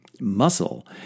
muscle